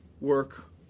work